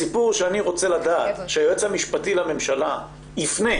הסיפור הוא שאני רוצה לדעת שהיועץ המשפטי לממשלה יפנה,